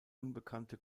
unbekannte